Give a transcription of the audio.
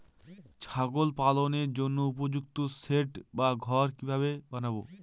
ছাগল পালনের জন্য উপযুক্ত সেড বা ঘর কিভাবে বানাবো?